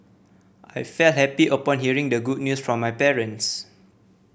I felt happy upon hearing the good news from my parents